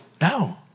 No